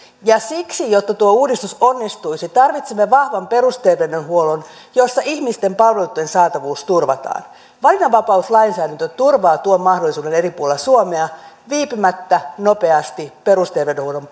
ja siksi jotta tuo uudistus onnistuisi tarvitsemme vahvan perusterveydenhuollon jossa ihmisten palveluitten saatavuus turvataan valinnanvapauslainsäädäntö turvaa tuon mahdollisuuden eri puolilla suomea viipymättä nopeasti perusterveydenhuollon